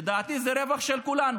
לדעתי זה רווח של כולנו.